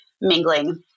mingling